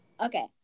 Okay